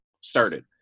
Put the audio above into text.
started